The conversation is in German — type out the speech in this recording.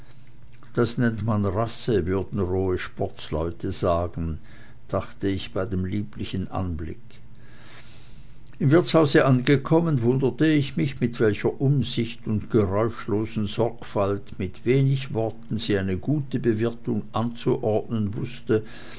das nennt man rasse würden rohe sportsleute sagen dachte ich bei dem lieblichen anblick im wirtshause angekommen wunderte ich mich mit welcher umsicht und geräuschlosen sorgfalt mit wenig worten sie eine gute bewirtung anzuordnen wußte